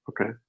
Okay